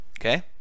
Okay